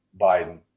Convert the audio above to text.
Biden